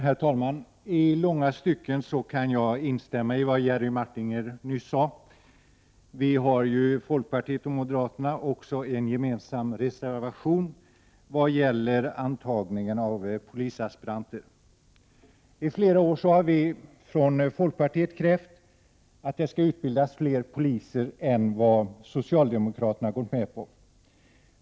Herr talman! I långa stycken kan jag instämma i vad Jerry Martinger nyss sade. Folkpartiet och moderaterna har ju också en gemensam reservation vad beträffar antagningen av polisaspiranter. I flera år har vi från folkpartiet krävt att det skall utbildas fler poliser än vad socialdemokraterna gått med på.